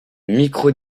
micro